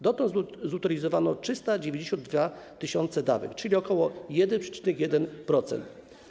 Dotąd zutylizowano 392 tys. dawek, czyli ok. 1,1%.